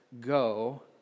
go